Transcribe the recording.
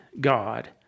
God